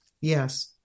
Yes